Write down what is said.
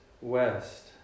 west